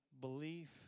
belief